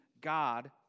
God